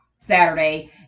Saturday